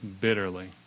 bitterly